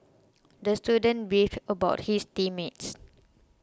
the student beefed about his team mates